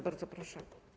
Bardzo proszę.